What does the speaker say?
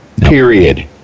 period